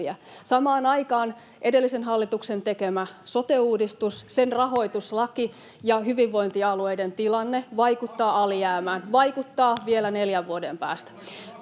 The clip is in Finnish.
Samaan aikaan edellisen hallituksen tekemä sote-uudistus, sen rahoituslaki ja hyvinvointialueiden tilanne, [Antti Kurvinen: Vastatkaa kysymykseen!] vaikuttaa alijäämään, vaikuttaa vielä neljän vuoden päästä.